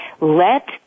let